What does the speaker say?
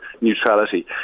neutrality